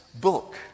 book